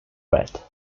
wet